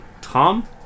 Tom